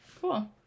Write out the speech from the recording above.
Cool